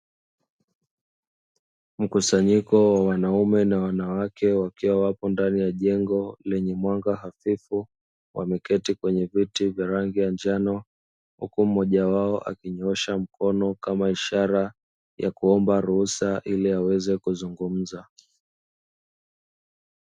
Mkusanyiko wa wanaume na wanawake wakiwa wapo ndani ya jengo lenye mwanga hafifu, wameketi kwenye viti vya rangi ya njano huku mmoja wao akinyoosha mkono kama ishara ya kuomba ruhusa ili aweze kuzungumza.